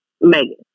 Megan